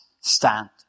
Stand